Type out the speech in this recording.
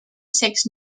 six